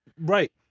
right